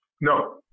No